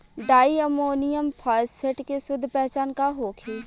डाई ammonium phosphate के शुद्ध पहचान का होखे?